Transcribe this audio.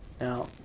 now